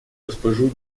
госпожу